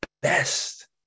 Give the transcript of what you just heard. best